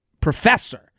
professor